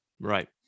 Right